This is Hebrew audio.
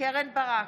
קרן ברק,